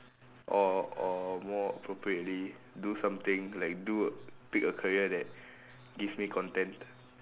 or or more appropriately do something like do pick a career that gives me content